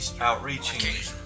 outreaching